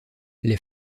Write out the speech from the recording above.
les